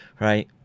right